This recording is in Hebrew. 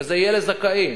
וזה יהיה לזכאים.